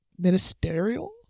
ministerial